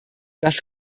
das